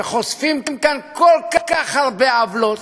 וחושפים כאן כל כך הרבה עוולות,